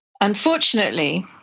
Unfortunately